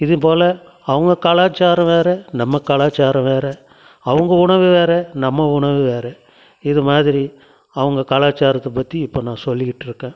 இதுபோல அவங்க கலாச்சாரம் வேற நம்ம கலாச்சாரம் வேற அவங்க உணவு வேற நம்ம உணவு வேற இதுமாதிரி அவங்க கலாச்சாரத்த பற்றி இப்போ நான் சொல்லிக்கிட்டுருக்கேன்